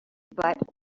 but